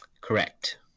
Correct